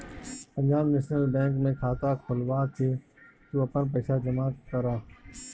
Punjab national bank में खाता खोलवा के तू आपन पईसा जमा करअ